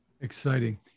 Exciting